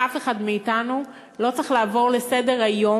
ואף אחד מאתנו לא צריך לעבור לסדר-היום